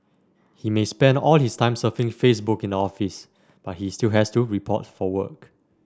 he may spend all his time surfing Facebook in the office but he still has to report for work